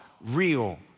real